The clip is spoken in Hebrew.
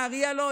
נהריה לא,